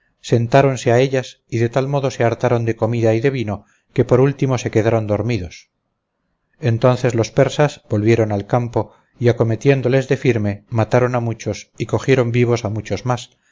sentáronse a ellas y de tal modo se hartaron de comida y de vino que por último se quedaron dormidos entonces los persas volvieron al campo y acometiéndoles de firme mataron a muchos y cogieron vivos a muchos más